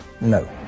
No